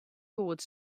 goed